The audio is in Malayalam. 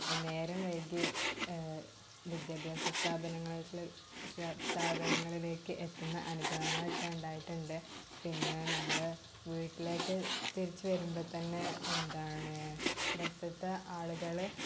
നേരം വൈകി വിദ്യാഭ്യാസ സ്ഥാപനങ്ങളിൽ സ്ഥാപനങ്ങളിലേക്ക് എത്തുന്ന അനുഭവങ്ങളൊക്കെ ഉണ്ടായിട്ടുണ്ട് പിന്നേ നമ്മൾ വീട്ടിലേക്ക് തിരിച്ച് വരുമമ്പോൾ തന്നെ എന്താണ് ബസിലത്തെ ആളുകൾ